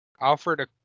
Alfred